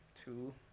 two